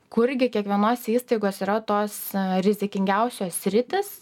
kurgi kiekvienos įstaigos yra tos rizikingiausios sritys